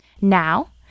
Now